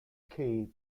kay